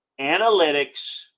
Analytics